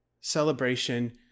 celebration